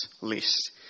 list